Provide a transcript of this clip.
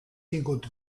tingut